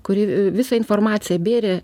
kuri visą informaciją bėrė